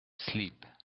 sleep